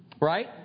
right